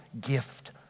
gift